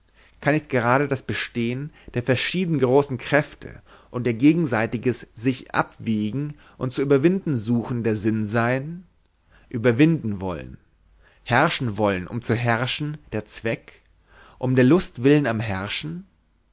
kann nicht gerade das bestehen der verschieden großen kräfte und ihr gegenseitiges sich abwiegen und zu überwinden suchen der sinn sein überwinden wollen herrschen wollen um zu herrschen der zweck um der lust willen am herrschen